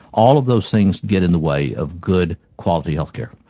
all of those things get in the way of good quality healthcare.